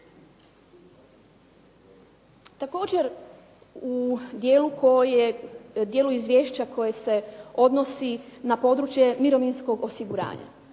Također u dijelu izvješća koje se odnosi na područje mirovinskog osiguranja,